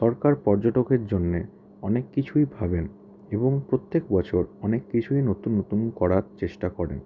সরকার পর্যটকের জন্যে অনেক কিছুই ভাবেন এবং প্রত্যেক বছর অনেক কিছুই নতুন নতুন করার চেষ্টা করে